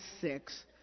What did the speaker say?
six